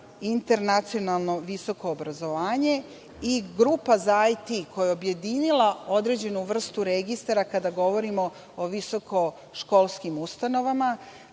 internacionalno visoko obrazovanje i Grupa za IT, koja je objedinila određenu vrstu registara, kada govorimo o visokoškolskim ustanovama,